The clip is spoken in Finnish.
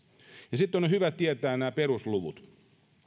sitten on hyvä tietää nämä perusluvut